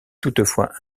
toutefois